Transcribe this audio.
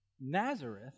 Nazareth